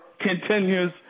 continues